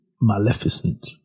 Maleficent